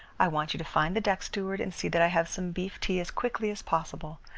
i want you to find the deck steward and see that i have some beef tea as quickly as possible.